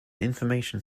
information